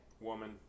Woman